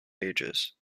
ages